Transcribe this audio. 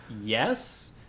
yes